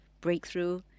breakthrough